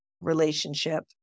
relationship